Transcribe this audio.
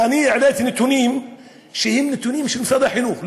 העליתי נתונים שהם נתונים של משרד החינוך,